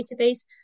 Database